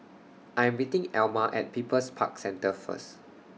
I Am meeting Elma At People's Park Centre First